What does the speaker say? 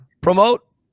promote